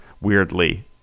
weirdly